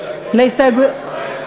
לסעיף 20,